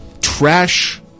trash